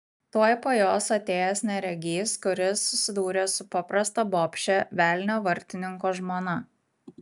tuoj po jos atėjęs neregys kuris susidūrė su paprasta bobše velnio vartininko žmona